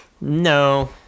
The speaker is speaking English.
No